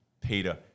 Peter